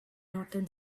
northern